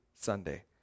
Sunday